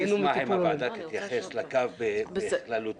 אני אשמח אם הוועדה תתייחס לקו בכללותו